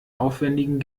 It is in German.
aufwändigen